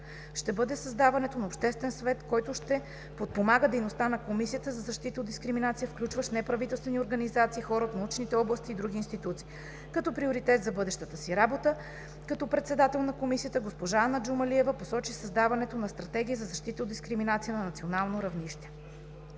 ще бъде създаването на обществен съвет, който да подпомага дейността на Комисията за защита от дискриминация, включващ неправителствени организации, хора от научните области и други институции. Като приоритет за бъдещата си работа като председател на Комисията, Ана Джумалиева посочи създаването на Стратегия за защита от дискриминация на национално равнище.